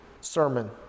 sermon